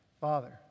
Father